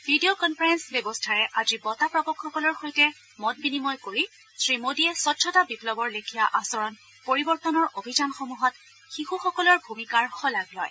video conferencing ব্যৱস্থাৰে আজি বঁটা প্ৰাপকসকলৰ সৈতে মত বিনিময় কৰি শ্ৰীমোদীয়ে স্বছ্ছতা বিপ্লৱৰ লেখিয়া আচৰণ পৰিৱৰ্তনৰ আচৰণ পৰিৱৰ্তনৰ অভিযানসমূহত শিশুসকলৰ ভূমিকাৰ শলাগ লয়